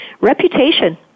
reputation